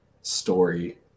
story